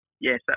Yes